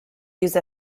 use